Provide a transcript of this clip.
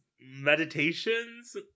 meditations